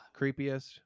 creepiest